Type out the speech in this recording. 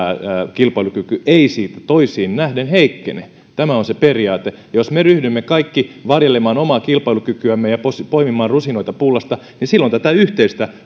kilpailukyky ei siitä toisiin nähden heikkene tämä on se periaate jos me ryhdymme kaikki varjelemaan omaa kilpailukykyämme ja poimimaan rusinoita pullasta niin silloin tätä yhteistä